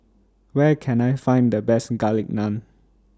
Where Can I Find The Best Garlic Naan